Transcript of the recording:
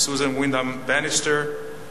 Susan Windham-Bannister,